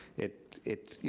it, it's you